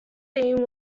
theme